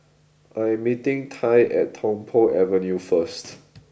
I am meeting Tai at Tung Po Avenue first